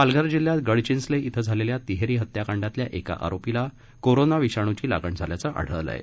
पालघर जिल्ह्यात गडधिंचले इथं झालेल्या तिहेरी हत्याकांडातल्या एका आरोपीला कोरोना विषाणूदी लागण झाल्याचं आढळलं आहे